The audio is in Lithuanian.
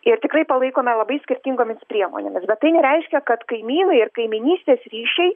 ir tikrai palaikome labai skirtingomis priemonėmis bet tai nereiškia kad kaimynai ir kaimynystės ryšiai